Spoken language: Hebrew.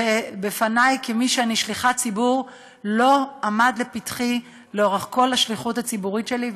אשר כשליחת ציבור לא עמד לפתחי לאורך כל השליחות הציבורית שלי,